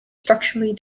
structurally